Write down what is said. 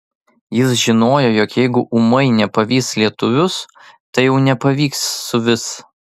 jis žinojo jog jeigu ūmai nepavys lietuvius tai jau nepavys suvis